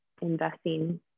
investing